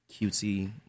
cutesy